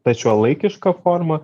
ta šiuolaikiška forma